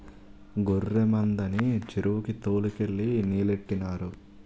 గొర్రె మందని చెరువుకి తోలు కెళ్ళి నీలెట్టినారు